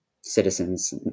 citizens